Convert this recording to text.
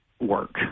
work